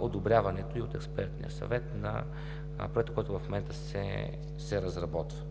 одобряването й от експертния съвет на проекта, който в момента се разработва.